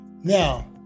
Now